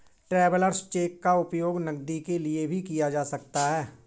travellers cheque का उपयोग नकदी के लिए भी किया जा सकता है